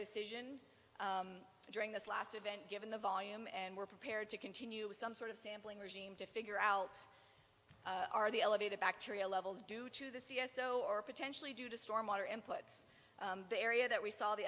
decision during this last event given the volume and we're prepared to continue with some sort of sampling regime to figure out are the elevated bacteria levels due to the c s o or potentially due to storm water inputs the area that we saw the